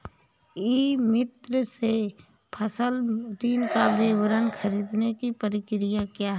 ई मित्र से फसल ऋण का विवरण ख़रीदने की प्रक्रिया क्या है?